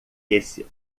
esse